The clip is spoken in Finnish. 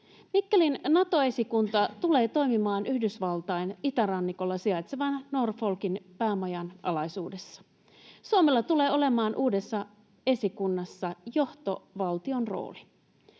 Mikkelin Nato-esikunta tulee toimimaan Yhdysvaltain itärannikolla sijaitsevan Norfolkin päämajan alaisuudessa. Suomella tulee olemaan uudessa esikunnassa johtovaltion rooli.